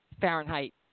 Fahrenheit